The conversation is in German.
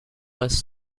weist